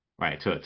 right